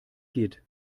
geht